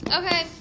Okay